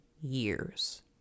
years